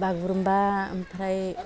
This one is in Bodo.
बागुरुमबा एमफ्राय